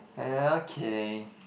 okay